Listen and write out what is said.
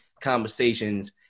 conversations